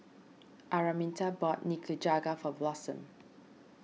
Araminta bought Nikujaga for Blossom